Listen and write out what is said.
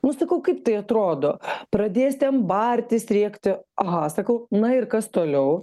nu sakau kaip tai atrodo pradės ten bartis rėkti aha sakau na ir kas toliau